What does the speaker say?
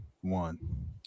one